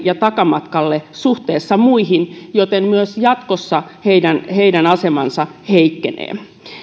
ja takamatkalle suhteessa muihin joten myös jatkossa heidän heidän asemansa heikkenee